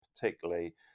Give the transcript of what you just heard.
particularly